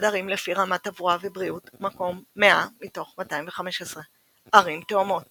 ערים לפי רמת תברואה ובריאות – מקום 100 מתוך 215. ערים תאומות